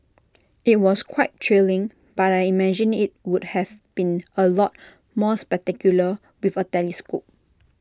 IT was quite thrilling but I imagine IT would have been A lot more spectacular with A telescope